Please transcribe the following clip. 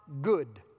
good